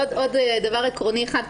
עוד דבר עקרוני אחד,